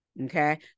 Okay